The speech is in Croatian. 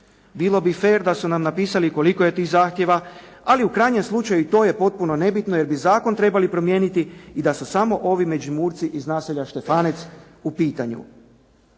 Bilo bi fer da su nam napisali koliko je tih zahtjeva, ali u krajnjem slučaju i to je potpuno nebitno jer bi zakon trebali promijeniti i da su samo ovi Međimurci iz naselja Štefanec u pitanju.